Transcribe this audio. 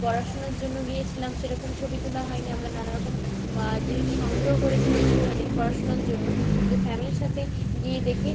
পড়াশুনোর জন্য গিয়েছিলাম সেরকম ছবি তোলা হয়নি আমরা নানা রকম জিনিস সংগ্রহ করেছিলাম সেখানে পড়াশুনোর জন্য কিন্তু ফ্যামিলির সাথে গিয়ে দেখি